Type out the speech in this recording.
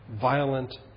violent